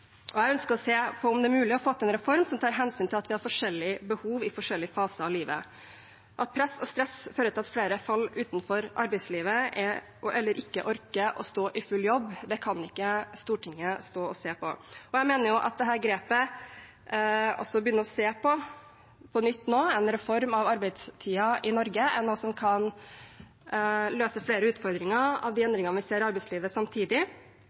Jeg ønsker å se på om det er mulig å få til en reform som tar hensyn til at vi har forskjellige behov i forskjellige faser av livet. At press og stress fører til at flere faller utenfor arbeidslivet eller ikke orker å stå i full jobb, kan ikke Stortinget stå og se på. Jeg mener at grepet med å begynne å se på på nytt en reform av arbeidstiden i Norge er noe som kan løse flere utfordringer ved de endringene vi ser i arbeidslivet, samtidig.